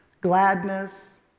gladness